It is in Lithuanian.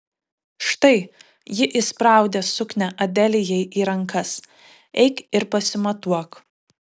štai ji įspraudė suknią adelijai į rankas eik ir pasimatuok